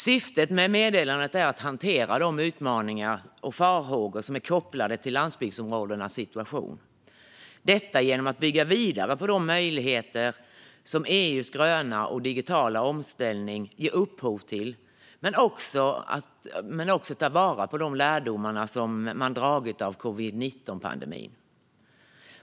Syftet med meddelandet är att hantera de utmaningar och farhågor som är kopplade till landsbygdsområdenas situation. Detta genom att bygga vidare på de möjligheter som EU:s gröna och digitala omställning ger upphov till men också genom att ta vara på de lärdomar man dragit av covid-19-pandemin.